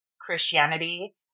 Christianity